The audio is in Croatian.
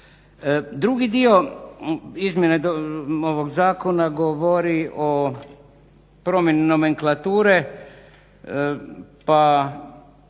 Drugi dio izmjena ovog zakona govori o promjeni nomenklature, pa